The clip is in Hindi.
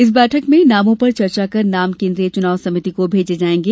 इस बैठक में नामों पर चर्चा कर नाम केन्द्रीय चुनाव समिति को भेजे जायेंगे